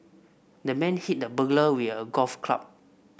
the man hit the burglar with a golf club